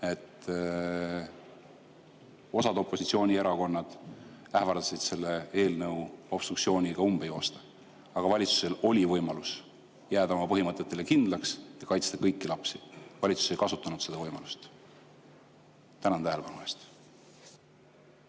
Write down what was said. et osa opositsioonierakondi ähvardasid selle eelnõu obstruktsiooniga umbe jooksutada, aga valitsusel oli võimalus jääda oma põhimõtetele kindlaks ja kaitsta kõiki lapsi. Valitsus ei kasutanud seda võimalust. Tänan tähelepanu eest!